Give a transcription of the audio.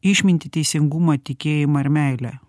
išmintį teisingumą tikėjimą ir meilę